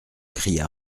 cria